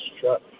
truck